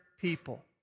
people